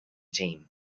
team